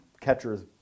catchers